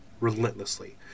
relentlessly